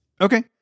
Okay